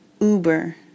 Uber